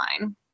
line